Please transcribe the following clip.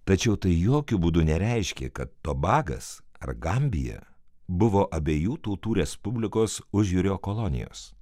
tačiau tai jokiu būdu nereiškia kad tobagas ar gambija buvo abiejų tautų respublikos užjūrio kolonijos